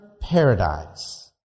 paradise